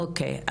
אוקיי,